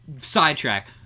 sidetrack